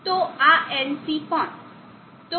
તો આ NC પણ